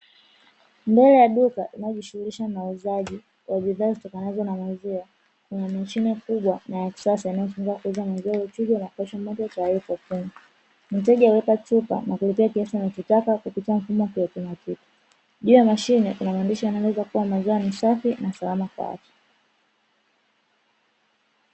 Mbele ya duka linalojishughulisha na uuzaji wa bidhaa zitokanazo na maziwa kuna mashine kubwa na ya kisasa inayotumika kuuza maziwa yaliochujwa na kupashwa moto tayari kwa kunywa, mteja huweka chupa na kulipia kiasi anachotaka kupitia mfumo wa kiautomatiki. Juu ya mashine kuna maandishi yanayoeleza kuwa maziwa ni safi na salama kwa afya .